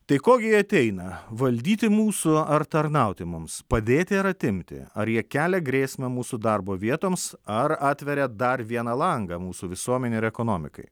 tai ko gi jie ateina valdyti mūsų ar tarnauti mums padėti ar atimti ar jie kelia grėsmę mūsų darbo vietoms ar atveria dar vieną langą mūsų visuomenei ir ekonomikai